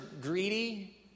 greedy